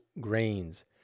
grains